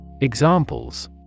Examples